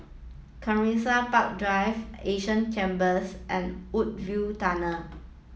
Kensington Park Drive Asia Chambers and Woodsville Tunnel